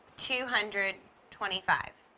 two hundred twenty-five.